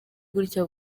gutya